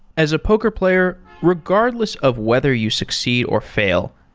as a poker player, regardless of whether you succeed or fail,